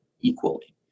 equally